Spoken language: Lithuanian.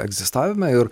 egzistavime ir